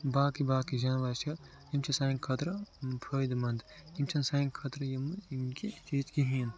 باقٕے باقٕے جاناوَار چھِ یِم چھِ سانہِ خٲطرٕ فٲیِدٕمنٛد یِم چھِنہٕ سانہِ خٲطرٕ یِم کہ یہِ چیٖز کِہیٖنۍ